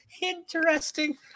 interesting